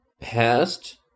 Past